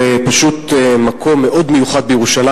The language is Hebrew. זה פשוט מקום מאוד מיוחד בירושלים.